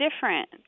different